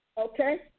Okay